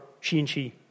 she-and-she